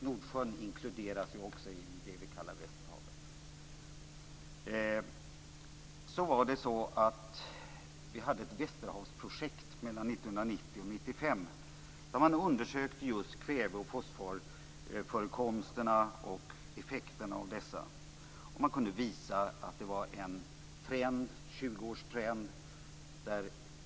Nordsjön inkluderas ju också i det vi kallar västerhavet. Vi hade ett västerhavsprojekt mellan 1990 och 1995, där man undersökte just kväve och fosforförekomsterna och effekterna av dessa. Man kunde visa en tjugo år lång trend.